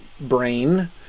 brain